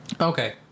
Okay